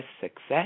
success